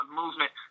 movement